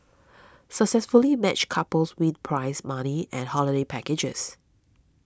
successfully matched couples win prize money and holiday packages